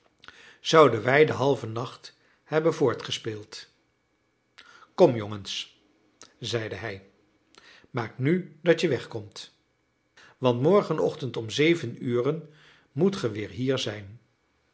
zouden wij den halven nacht hebben voortgespeeld kom jongens zeide hij maakt nu dat je wegkomt want morgenochtend om zeven ure moet ge weer hier zijn